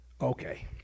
okay